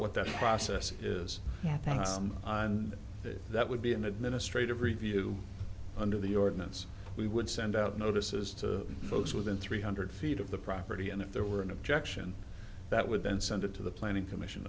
thoughts on that that would be an administrative review under the ordinance we would send out notices to those within three hundred feet of the property and if there were an objection that would then send it to the planning commission